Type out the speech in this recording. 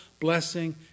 blessing